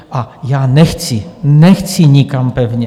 A já nechci, nechci nikam pevně.